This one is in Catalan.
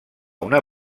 una